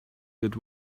that